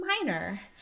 Minor